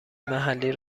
محلی